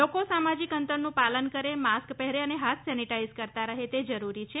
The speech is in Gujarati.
લોકો સામાજિક અંતરનું પાલન કરે માસ્ક પહેરે અને હાથ સેનિટાઇઝ કરતા રહે તે જરૂરી છે